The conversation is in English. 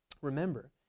remember